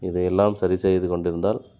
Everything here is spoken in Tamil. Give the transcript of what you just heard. இதையெல்லாம் சரி செய்து கொண்டிருந்தால்